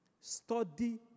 Study